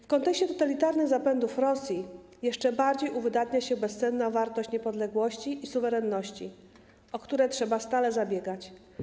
W kontekście totalitarnym zapędów Rosji jeszcze bardziej uwydatnia się bezcenna wartość - niepodległość i suwerenność, o które trzeba stale zabiegać.